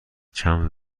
چند